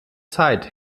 zeit